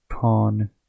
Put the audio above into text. pawn